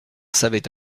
savait